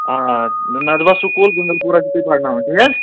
آ Nadwa school district Budgam